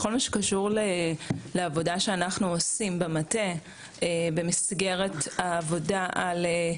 בכל מה שקשור לעבודה שאנחנו עושים במטה במסגרת העבודה על,